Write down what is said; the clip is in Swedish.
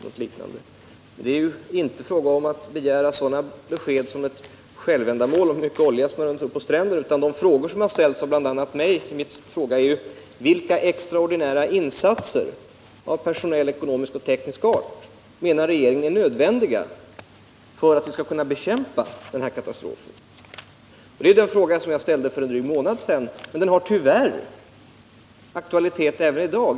Ett besked om hur mycket olja som hamnat på stränderna är naturligtvis inte något självändamål, utan den fråga som bl.a. jag ställt är vilka extraordinära insatser av personell, ekonomisk och teknisk art regeringen anser vara nödvändiga för att man skall kunna bekämpa den här katastrofen. Den frågan ställde jag för en dryg månad sedan, men den har tyvärr aktualitet även i dag.